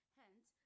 hence